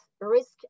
risk